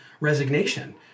resignation